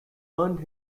earned